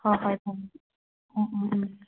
ꯍꯣꯏ ꯍꯣꯏ ꯊꯝꯃꯨ ꯎꯝ ꯎꯝ ꯎꯝ